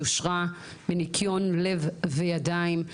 יושרה וניקיון לב וידיים,